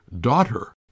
daughter